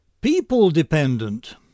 People-dependent